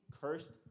cursed